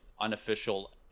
unofficial